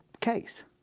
case